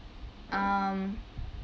um